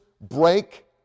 break